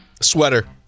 Sweater